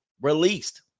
released